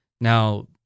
Now